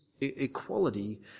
equality